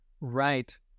Right